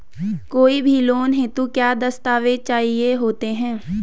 कोई भी लोन हेतु क्या दस्तावेज़ चाहिए होते हैं?